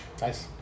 Nice